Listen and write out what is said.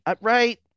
right